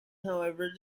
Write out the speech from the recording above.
however